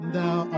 Thou